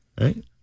right